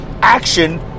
action